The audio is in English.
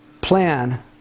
plan